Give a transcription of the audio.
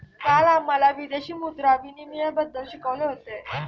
काल आम्हाला विदेशी मुद्रा विनिमयबद्दल शिकवले होते